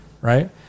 Right